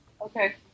Okay